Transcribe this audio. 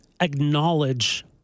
acknowledge